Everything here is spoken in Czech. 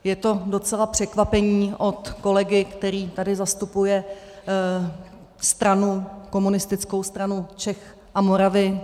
Je to docela překvapení od kolegy, který tady zastupuje Komunistickou stranu Čech a Moravy.